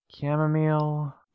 chamomile